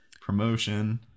promotion